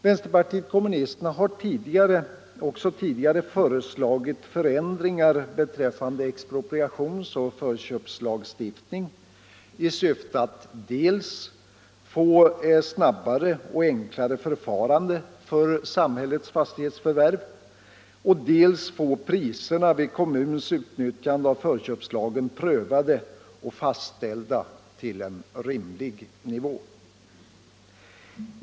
Vänsterpatiet kommunisterna har också tidigare föreslagit förändringar beträffande expropriations och förköpslagstiftningen i syfte dels att åstadkomma snabbare och enklare förfaranden för samhällets fastighetsförvärv, dels att få priserna vid en kommuns utnyttjande av förköpslagen prövade och fastställda på en rimlig nivå.